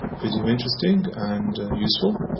video interesting and useful!